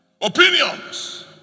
opinions